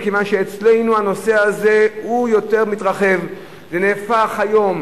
מכיוון שאצלנו הנושא הזה מתרחב, ונהפך היום